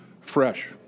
fresh